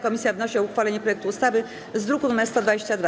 Komisja wnosi o uchwalenie projektu ustawy z druku nr 122.